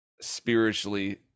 spiritually